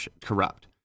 corrupt